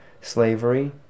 slavery